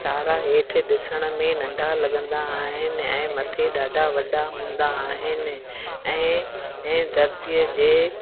तारा हेठि ॾिसण में नंढा लॻंदा आहिनि ऐं मथे ॾाढा वॾा हूंदा आहिनि ऐं ऐं धरतीअ जे